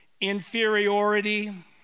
inferiority